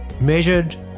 measured